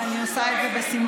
ואני עושה את זה בשמחה.